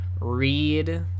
read